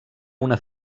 una